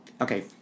Okay